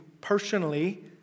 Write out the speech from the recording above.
personally